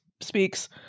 speaks